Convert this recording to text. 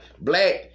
black